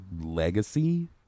Legacy